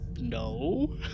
no